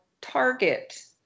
target